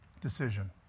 decision